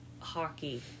hockey